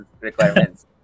requirements